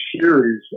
series